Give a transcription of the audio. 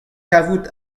kavout